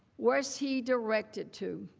was he directed to?